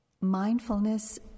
Mindfulness